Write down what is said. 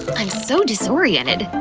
i'm so disoriented.